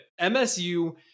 MSU